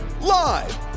Live